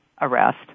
arrest